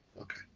Okay